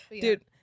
Dude